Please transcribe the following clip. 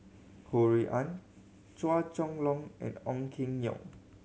Ho Rui An Chua Chong Long and Ong Keng Yong